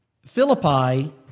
Philippi